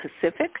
Pacific